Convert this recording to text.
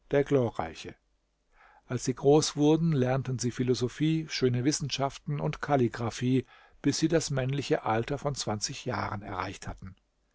der glorreiche als sie groß wurden lernten sie philosophie schöne wissenschaften und kalligraphie bis sie das männliche alter von zwanzig jahren erreicht hatten